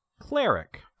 cleric